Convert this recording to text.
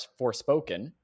Forspoken